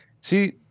See